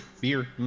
beer